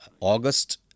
August